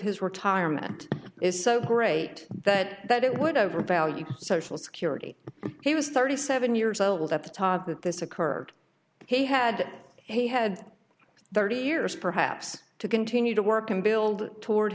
his retirement is so great that that it would overvalued social security he was thirty seven years old at the top with this occurred he had he had thirty years perhaps to continue to work and build toward